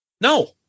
no